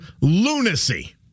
lunacy